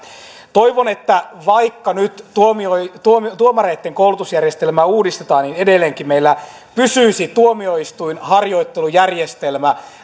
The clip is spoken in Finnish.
toivon että vaikka nyt tuomareitten koulutusjärjestelmää uudistetaan niin edelleenkin meillä pysyisi tuomioistuinharjoittelujärjestelmä